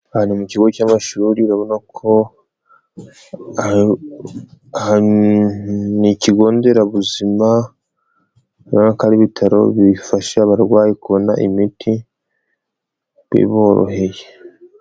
Ahantu ni ikigo nderabuzima, ubona ko ari ibitaro bifasha abarwayi kubona imiti biboroheye.